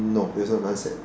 no it's not lunch yet